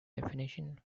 definition